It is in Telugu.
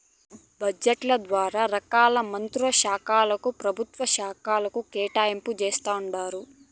బడ్జెట్ ద్వారా రకాల మంత్రుల శాలకు, పెభుత్వ శాకలకు కేటాయింపులు జేస్తండారు